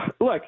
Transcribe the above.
look